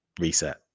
reset